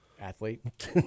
athlete